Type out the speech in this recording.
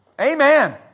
Amen